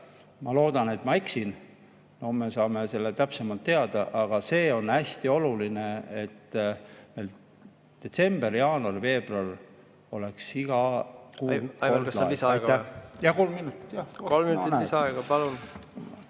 Ma loodan, et ma eksin. No me saame täpsemalt teada, aga on hästi oluline, et meil detsember, jaanuar, veebruar oleks iga kuu ... Aivar, kas on lisaaega vaja? Kolm minutit lisaaega, palun!